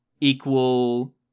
equal